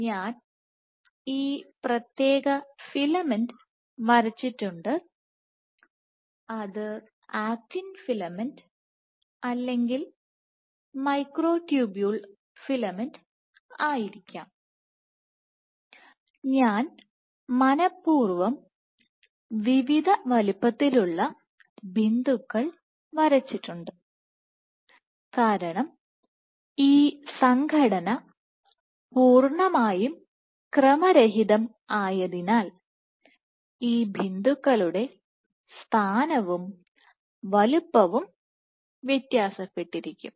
ഞാൻ ഈ പ്രത്യേക ഫിലമെന്റ് വരച്ചിട്ടുണ്ട് അത് ആക്റ്റിൻ ഫിലമെന്റ് അല്ലെങ്കിൽ മൈക്രോട്യൂബുൾ ഫിലമെന്റ് ആയിരിക്കാം ഞാൻ മനപ്പൂർവ്വം വിവിധ വലുപ്പത്തിലുള്ള ബിന്ദുക്കൾ വരച്ചിട്ടുണ്ട് കാരണം ഈ സംഘടന പൂർണ്ണമായും ക്രമരഹിതമായതിനാൽ ഈ ബിന്ദുക്കളുടെ സ്ഥാനവും വലുപ്പവും വ്യത്യാസപ്പെട്ടിരിക്കും